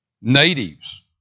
natives